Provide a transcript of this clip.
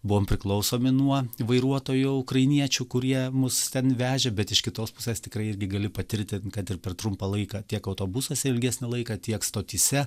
buvom priklausomi nuo vairuotojų ukrainiečių kurie mus ten vežė bet iš kitos pusės tikrai irgi gali patirti kad ir per trumpą laiką tiek autobusas ilgesnį laiką tiek stotyse